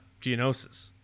Geonosis